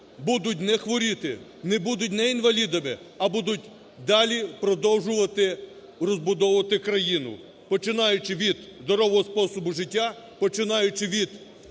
будуть не хворіти, будуть не інвалідами, а будуть далі продовжувати розбудовувати країну, починаючи від здорового способу життя, починаючи від